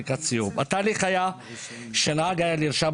התהליך היה שנהג היה נרשם,